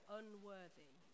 unworthy